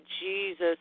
Jesus